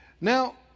Now